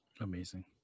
Amazing